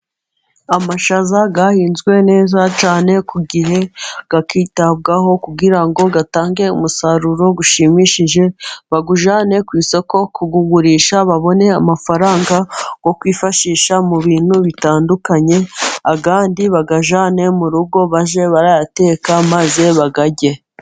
Amashaza yahinzwe neza cyane ku gihe akitabwaho, kugira ngo atange umusaruro ushimishije bawujyane ku isoko kugurisha, babone amafaranga yo kwifashisha mu bintu bitandukanye, ayandi bayajyane mu rugo bajye bayateka maze bayarye.